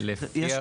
המשפטים.